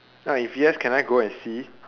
ah if yes can I go and see